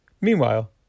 Meanwhile